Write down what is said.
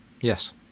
Yes